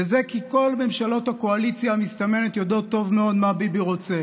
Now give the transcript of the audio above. וזה כי כל ממשלות הקואליציה המסתמנת יודעות טוב מאוד מה ביבי רוצה.